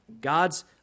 God's